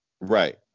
Right